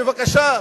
בבקשה.